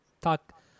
talk